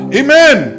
amen